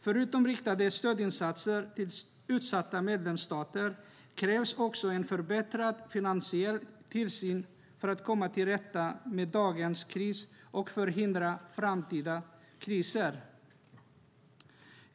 Förutom riktade stödinsatser till utsatta medlemsstater krävs också en förbättrad finansiell tillsyn för att komma till rätta med dagens kris och förhindra framtida kriser.